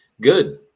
Good